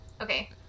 okay